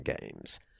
games